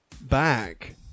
Back